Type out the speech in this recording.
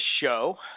show